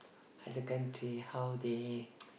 other country how they